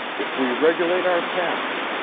if we regulate our passion,